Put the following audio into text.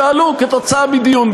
שעלו כתוצאה מדיון.